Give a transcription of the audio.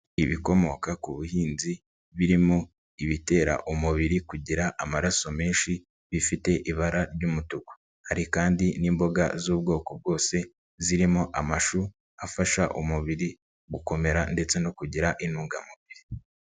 Ibikomoka ku buhinzi birimo ibitera umubiri kugira amaraso menshi bifite ibara ry'umutuku hari kandi n'imboga z'ubwoko bwose zirimo amashu, afasha umubiri gukomera ndetse no kugira intungamubiri.